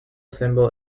symbol